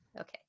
okay